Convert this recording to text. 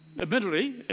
Admittedly